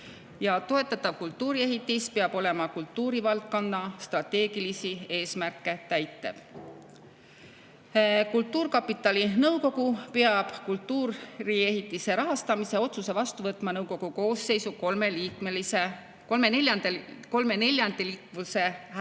Toetatav kultuuriehitis peab olema kultuurivaldkonna strateegilisi eesmärke täitev. Kultuurkapitali nõukogu peab kultuuriehitise rahastamise otsuse vastu võtma nõukogu koosseisu kolmeneljandikulise häälteenamusega.